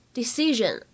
decision